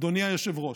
אדוני היושב-ראש,